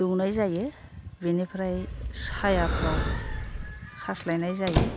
दौनाय जायो बिनिफ्राय सायाफ्राव खास्लायनाय जायो